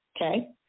okay